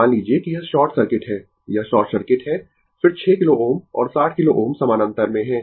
मान लीजिए कि यह शॉर्ट सर्किट है यह शॉर्ट सर्किट है फिर 6 किलो Ω और 60 किलो Ω समानांतर में है